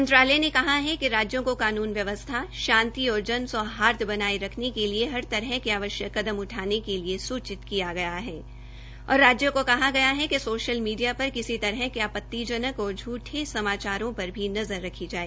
मंत्रालय ने कहा है कि राज्यों को कानून व्यवस्था शांति और जन सौहार्द बनाए रखने के लिए हर तरह के आवश्यक कदम उठाने के लिए सुचित किया गया है और राज्यों को कहा गया है कि सोशल मीडिया पर किसी तरह के आपत्तिजनक और झुठे समाचारों पर भी नजर रखी जाए